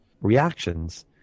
reactions